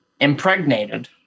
impregnated